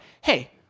hey